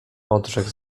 odrzekł